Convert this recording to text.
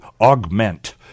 augment